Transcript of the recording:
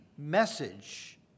message